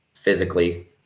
physically